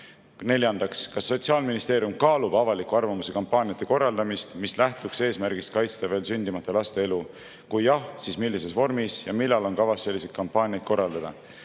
Neljandaks: kas Sotsiaalministeerium kaalub avaliku arvamuse kampaaniate korraldamist, mis lähtuks eesmärgist kaitsta veel sündimata laste elu? Kui jah, siis millises vormis ja millal on kavas selliseid kampaaniaid korraldada?